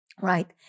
Right